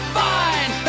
fine